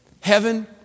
Heaven